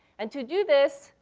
and to do this,